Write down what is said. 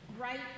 Right